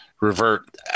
revert